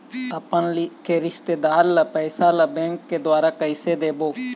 अपन के रिश्तेदार ला पैसा ला बैंक के द्वारा कैसे देबो?